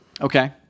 Okay